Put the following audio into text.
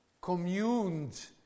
communed